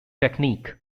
technique